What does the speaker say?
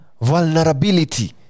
Vulnerability